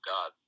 God